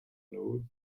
law